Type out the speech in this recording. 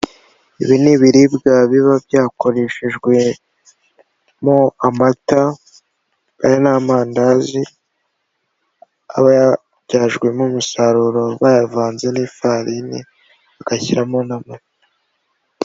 Ibi ni ibiribwa biba byakoreshejwemo amata aya ni amandazi aba yabyajwemo umusaruro bayavanze n'ifarini bagashyiramo n'amata.